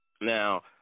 Now